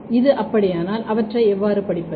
இது அப்படியானால் அவற்றை எவ்வாறு படிப்பது